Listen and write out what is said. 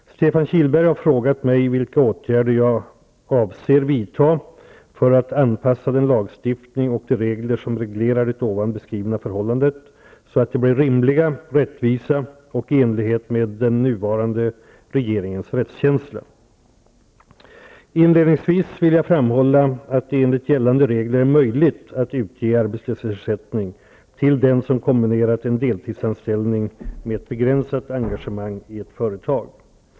Stefan Kihlberg har frågat mig vilka åtgärder jag avser vidta för att anpassa den lagstiftning och de regler som reglerar det ovan beskrivna förhållandet, så att de blir rimliga, rättvisa och i enlighet med den nuvarande regeringens rättskänsla. Inledningsvis vill jag framhålla att det enligt gällande regler är möjligt att utge arbetslöshetsersättning till den som kombinerat en deltidsanställning med ett begränsat engagemang i ett företag.